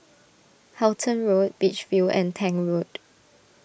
Halton Road Beach View and Tank Road